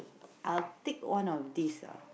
I'll tick one of these ah